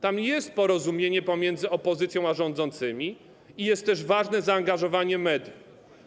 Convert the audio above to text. Tam jest porozumienie pomiędzy opozycją a rządzącymi i jest też ważne zaangażowanie mediów.